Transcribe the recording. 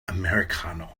americano